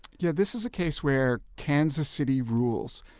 yeah this is a case where kansas city rules.